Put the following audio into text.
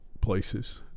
places